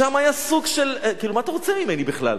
שם היה סוג של, מה אתה רוצה ממני בכלל?